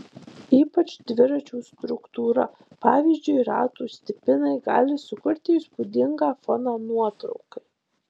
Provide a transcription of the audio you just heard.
ypač dviračių struktūra pavyzdžiui ratų stipinai gali sukurti įspūdingą foną nuotraukai